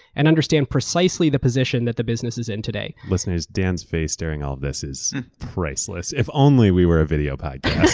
and understand precisely the position that the business is in today. listeners, dan's face during all this is priceless. if we only we were a video podcast.